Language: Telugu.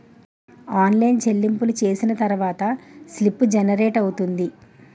ఆన్లైన్ చెల్లింపులు చేసిన తర్వాత స్లిప్ జనరేట్ అవుతుంది